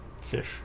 fish